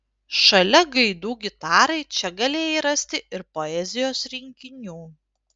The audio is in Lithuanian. šalia gaidų gitarai čia galėjai rasti ir poezijos rinkinių